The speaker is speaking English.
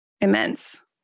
immense